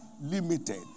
limited